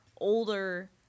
older